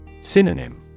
Synonym